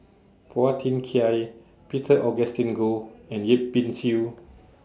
Phua Thin Kiay Peter Augustine Goh and Yip Pin Xiu